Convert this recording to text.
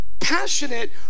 Passionate